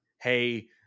hey